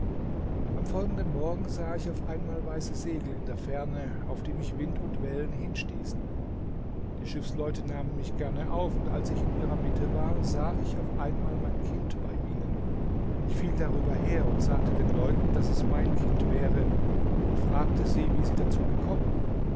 am folgenden morgen sah ich auf einmal weiße segel in der ferne auf die mich wind und wellen hinstießen die schiffsleute nahmen mich gerne auf und als ich in ihrer mitte war sah ich auf einmal mein kind bei ihnen ich fiel darüber her und sagte den leuten daß es mein kind wäre und fragte sie wie sie dazu gekommen